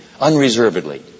unreservedly